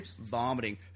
vomiting